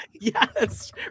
Yes